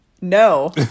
No